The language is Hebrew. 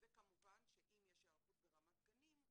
וכמובן שאם יש היערכות ברמת גנים,